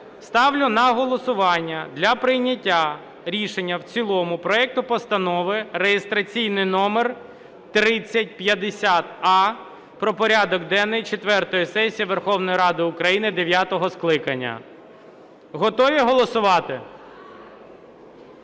ставлю на голосування, для прийняття рішення в цілому проект Постанови (реєстраційний номер 3050а) про порядок денний четвертої сесії Верховної Ради України дев'ятого скликання. Готові голосувати?